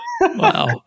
Wow